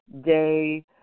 day